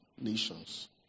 nations